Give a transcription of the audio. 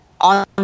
on